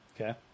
Okay